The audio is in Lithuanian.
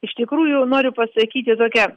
iš tikrųjų noriu pasakyti tokia